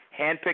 handpicked